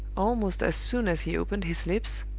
almost as soon as he opened his lips,